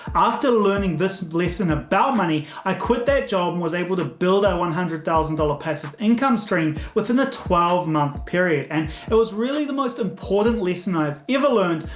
after learning this lesson about money, i quit that job was able to build a one hundred thousand dollars passive income stream within a twelve month period and it was really the most important lesson i've ever learned,